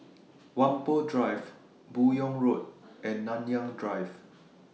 Whampoa Drive Buyong Road and Nanyang Drive